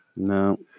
No